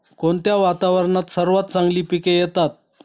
कोणत्या वातावरणात सर्वात चांगली पिके येतात?